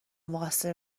مقصر